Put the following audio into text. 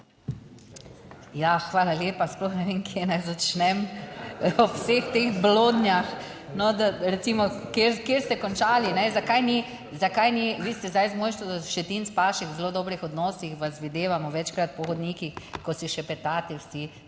Ja, hvala lepa. Sploh ne vem, kje naj začnem ob vseh teh blodnjah, da recimo, kjer ste končali. Zakaj ni, zakaj ni, vi ste zdaj z mojo Šetinc Pašek v zelo dobrih odnosih, vas videvamo večkrat po hodnikih, ko si šepetate vsi